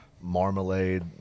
marmalade